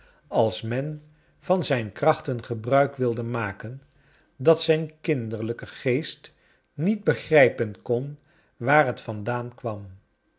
als men van zijn krachten gebruik wilde maken dat zijn kinderlijke geest niet begrijpen kon waar het vandaan kwam